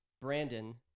Brandon